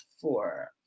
four